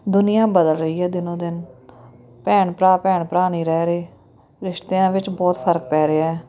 ਦੁਨੀਆਂ ਬਦਲ ਰਹੀ ਹੈ ਦਿਨੋ ਦਿਨ ਭੈਣ ਭਰਾ ਭੈਣ ਭਰਾ ਨਹੀਂ ਰਹਿ ਰਹੇ ਰਿਸ਼ਤਿਆਂ ਵਿੱਚ ਬਹੁਤ ਫਰਕ ਪੈ ਰਿਹਾ ਹੈ